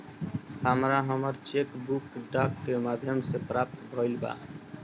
हमरा हमर cheque book डाक के माध्यम से प्राप्त भईल बा